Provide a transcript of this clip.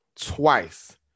Twice